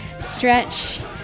stretch